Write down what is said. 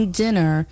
dinner